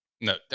No